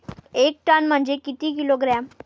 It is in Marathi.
एक टन म्हनजे किती किलोग्रॅम?